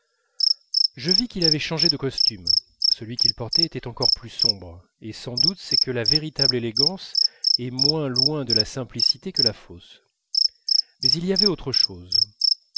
je vis qu'il avait changé de costume celui qu'il portait était encore plus sombre et sans doute c'est que la véritable élégance est moins loin de la simplicité que la fausse mais il y avait autre chose